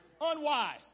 Unwise